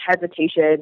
hesitation